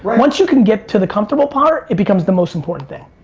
once you can get to the comfortable part, it becomes the most important thing.